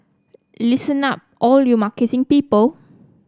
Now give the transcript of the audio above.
listen up all you marketing people